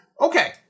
Okay